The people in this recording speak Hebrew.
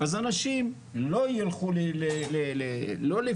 אז אנשים לא יילכו לא לפיזיקה,